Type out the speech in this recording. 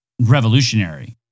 revolutionary